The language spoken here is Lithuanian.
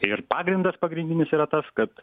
ir pagrindas pagrindinis yra tas kad